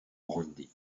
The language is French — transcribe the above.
brandi